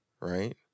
right